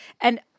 And-